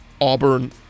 Auburn